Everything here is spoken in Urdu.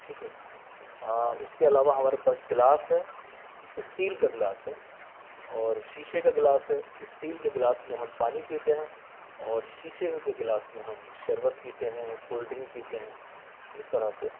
ٹھیک ہے اس کے علاوہ ہمارے پاس گلاس ہے اسٹیل کا گلاس ہے اور شیشے کا گلاس ہے اسٹیل کے گلاس میں ہم پانی پیتے ہیں اور شیشے کے گلاس میں ہم شربت پیتے ہیں کولڈ ڈرنک پیتے ہیں اس طرح سے